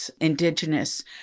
Indigenous